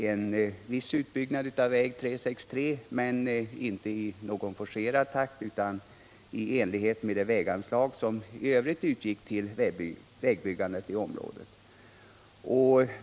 En viss utbyggnad av väg 363 skedde, men inte i forcerad takt utan i den takt de väganslag tillät som i övrigt utgick till vägbyggande i området.